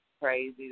crazy